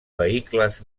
vehicles